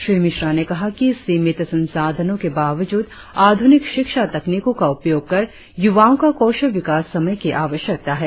श्री मिश्रा ने कहा कि सीमित संसाधनों के बावजूद आधुनिक शिक्षा तकनीकों का उपयोग कर युवाओं का कौशल विकास समय की आवश्यकता है